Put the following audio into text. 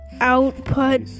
output